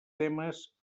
temes